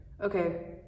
Okay